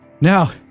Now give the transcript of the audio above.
Now